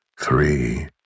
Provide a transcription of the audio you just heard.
three